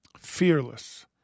fearless